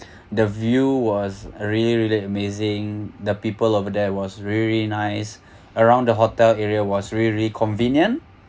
the view was really really amazing the people over there was really really nice around the hotel area was really really convenient